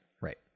right